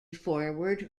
forward